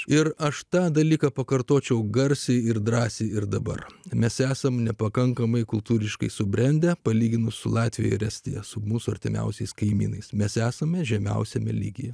ir aš tą dalyką pakartočiau garsiai ir drąsiai ir dabar mes esam nepakankamai kultūriškai subrendę palyginus su latvija ir estija su mūsų artimiausiais kaimynais mes esame žemiausiame lygyje